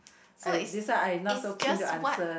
so is is just what